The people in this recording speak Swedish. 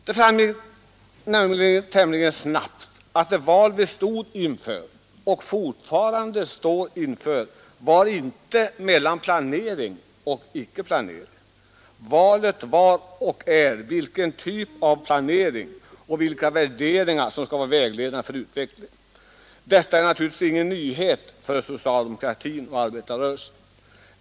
Det framgick tämligen snabbt att det val vi stod inför — och fortfarande står inför — var inte ett val mellan planering och icke-planering. Valet var och är vilken typ av planering och vilka värderingar som skall vara vägledande för utvecklingen. Detta är naturligtvis ingen nyhet för socialdemokratin och arbetarrörelsen.